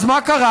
אז מה קרה?